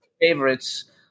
favorites